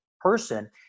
person